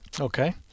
Okay